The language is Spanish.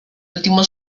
último